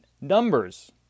Numbers